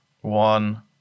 one